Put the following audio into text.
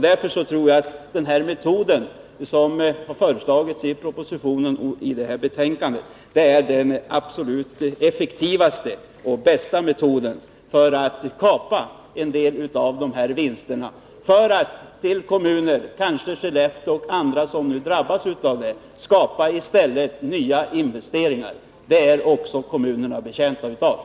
Därför tror jag att den metod som har föreslagits i propositionen och i detta betänkande är den absolut effektivaste och bästa för att kapa en del av dessa vinster och i stället föra över dem till kommunerna, kanske till Skellefteå kommun och andra kommuner som nu drabbas, och därigenom skapa nya investeringar. Det är kommunerna betjänta av.